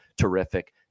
terrific